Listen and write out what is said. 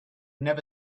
never